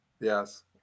Yes